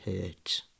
hurt